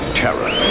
terror